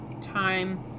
time